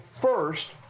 first